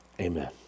amen